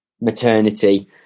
maternity